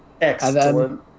Excellent